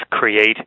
create